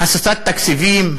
הסטת תקציבים,